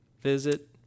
visit